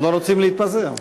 לא רוצים להתפזר.